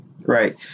right